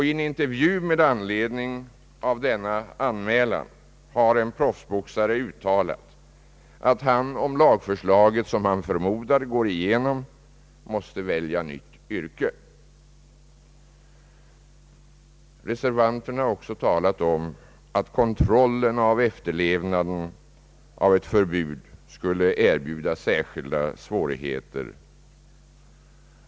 I en intervju med anledning av denna anmälan har en professionell boxare uttalat att han, om lagförslaget, som han förmodar, går igenom, måste välja nytt yrke. Reservanterna har också talat om att kontrollen av efterlevnaden av ett förbud skulle erbjuda särskilda svårigheter.